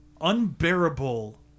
unbearable